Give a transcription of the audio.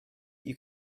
you